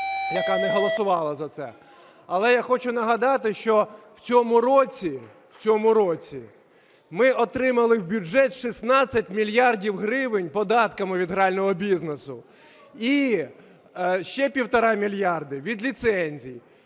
яка не голосувала за це. Але я хочу нагадати, що в цьому році ми отримали в бюджет 16 мільярдів гривень податками від грального бізнесу і ще 1,5 мільярда від ліцензій.